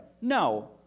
No